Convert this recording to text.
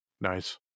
Nice